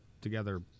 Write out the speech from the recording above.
together